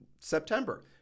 September